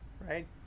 right